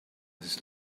his